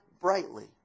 brightly